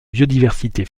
biodiversité